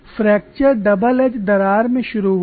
fracture double edge दरार में शुरू हुआ